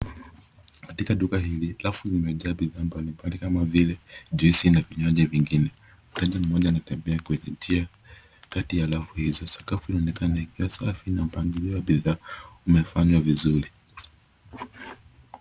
Katika duka hili, rafu zimejaa bidhaa mbalimbali kama vile juisi na vinywaji vingine. Kijana mmoja anatembea kwenye njia kati ya rafu hizo. Sakafu inaonekana ikiwa safi na mpangilio wa bidhaa umefanywa vizuri.